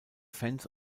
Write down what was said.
fans